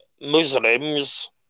Muslims